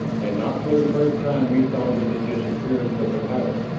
and not for the first time he thought of the disappearance of the coyotes.